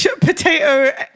potato